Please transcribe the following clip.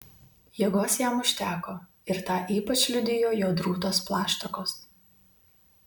jėgos jam užteko ir tą ypač liudijo jo drūtos plaštakos